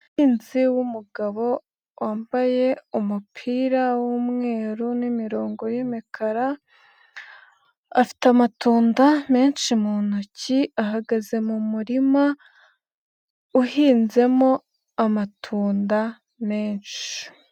Umuhinzi w'umugabo wambaye umupira w'umweru n'imirongo y'imikara, afite amatunda menshi mu ntoki. Ahagaze mu murima uhinzemo amatunda menshi.